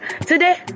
Today